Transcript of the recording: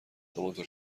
همانطور